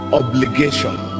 obligation